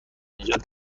نژاد